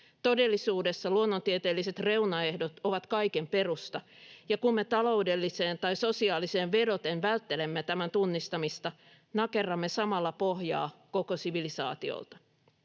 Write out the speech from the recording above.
Todellisuudessa luonnontieteelliset reunaehdot ovat kaiken perusta, ja kun me taloudelliseen tai sosiaaliseen vedoten välttelemme tämän tunnistamista, nakerramme samalla pohjaa koko sivilisaatiolta.